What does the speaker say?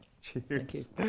Cheers